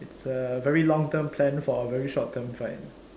it's a very long term plan for a very short term fight